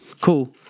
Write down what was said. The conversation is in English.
Cool